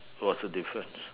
what's the difference